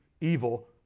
evil